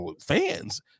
fans